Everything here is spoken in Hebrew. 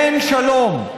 אין שלום,